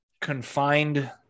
confined